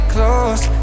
Close